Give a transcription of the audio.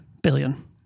billion